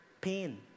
pain